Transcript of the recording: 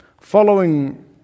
following